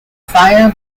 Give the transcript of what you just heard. fire